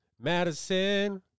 Madison